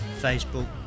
Facebook